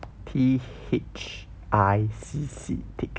T H I C C thicc